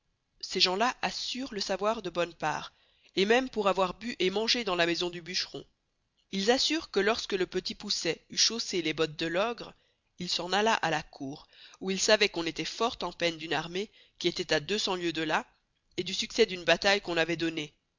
ces gens-là asseurent le sçavoir de bonne part et même pour avoir bû et mangé dans la maison du bucheron ils assurent que lorsque le petit poucet eut chaussé les bottes de l'ogre il s'en alla à la cour où il sçavoit qu'on estoit fort en peine d'une armée qui étoit à deux cens lieües de là et du succés d'une bataille qu'on avoit donnée